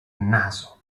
naso